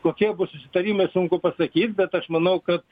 kokie bus susitarimai sunku pasakyt bet aš manau kad